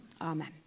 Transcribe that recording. Amen